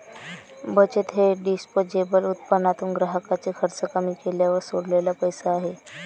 बचत हे डिस्पोजेबल उत्पन्नातून ग्राहकाचे खर्च कमी केल्यावर सोडलेला पैसा आहे